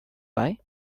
wei